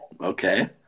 Okay